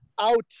out